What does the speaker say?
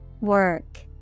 Work